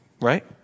right